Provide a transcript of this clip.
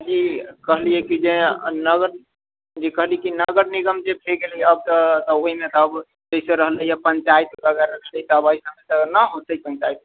जी कहलियै कि जे नग जी कहलियै कि जे नगर निगम जे गेलैया तऽ ओहिमे तऽ अब एहिसे रहलै पञ्चायत नहि होतै पञ्चायत